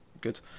good